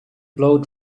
blow